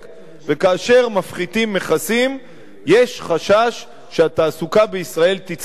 וכאשר מפחיתים מכסים יש חשש שהתעסוקה בישראל תצטמצם.